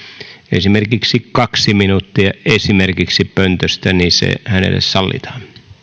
esimerkiksi kaksi minuuttia esimerkiksi pöntöstä se hänelle sallitaan